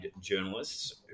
journalists